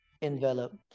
envelop